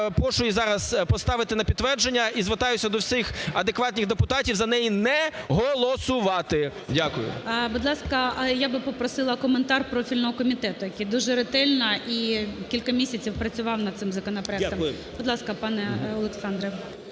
прошу її зараз поставити на підтвердження, і звертаюся до всіх адекватних депутатів за неї не голосувати. Дякую. ГОЛОВУЮЧИЙ. Будь ласка, я би попросила коментар профільного комітету, який дуже ретельно і кілька місяців працював над цим законопроектом. Будь ласка, пане Олександре.